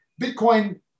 Bitcoin